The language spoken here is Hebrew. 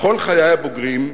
בכל חיי הבוגרים,